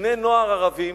בני-נוער ערבים